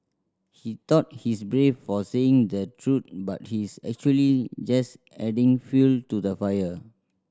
he thought he's brave for saying the truth but he's actually just adding fuel to the fire